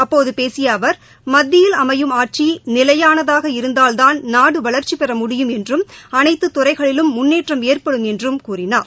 அப்போதபேசியஅவர் மத்தியில் அமையும் ஆட்சிநிலையானதாக இருந்தால்தான் நாடுவளர்ச்சிபெற முடியும் என்றும் அனைத்துதுறைகளிலும் முன்னேற்றம் ஏற்படும் என்றும் கூறினார்